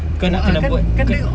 a'ah